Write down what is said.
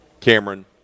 Cameron –